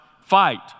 fight